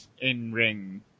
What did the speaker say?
in-ring